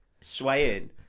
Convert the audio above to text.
swaying